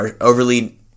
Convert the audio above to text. overly